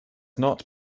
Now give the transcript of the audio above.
not